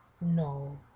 No